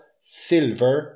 Silver